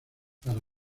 para